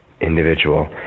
individual